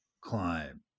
climb